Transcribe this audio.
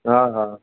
हा हा